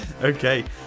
Okay